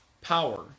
power